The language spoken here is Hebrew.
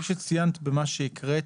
כל מה שציינת במה שהקראת,